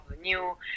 new